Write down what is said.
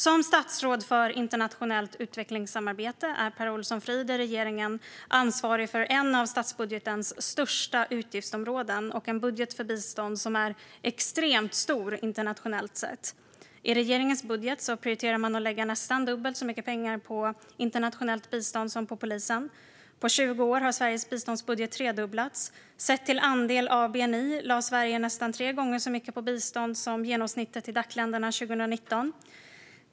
Som statsråd för internationellt utvecklingssamarbete är Per Olsson Fridh i regeringen ansvarig för ett av statsbudgetens största utgiftsområden och en budget för bistånd som är extremt stor internationellt sett. I regeringens budget prioriterar man att lägga nästan dubbelt så mycket pengar på internationellt bistånd som på polisen. På 20 år har Sveriges biståndsbudget tredubblats. Sett till andel av bni lade Sverige nästan tre gånger så mycket på bistånd som genomsnittet i Dac-länderna 2019.